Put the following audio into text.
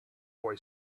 boy